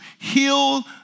heal